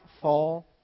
fall